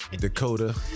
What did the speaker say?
Dakota